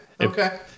okay